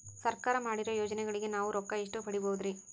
ಸರ್ಕಾರ ಮಾಡಿರೋ ಯೋಜನೆಗಳಿಗೆ ನಾವು ರೊಕ್ಕ ಎಷ್ಟು ಪಡೀಬಹುದುರಿ?